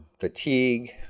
fatigue